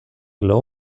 low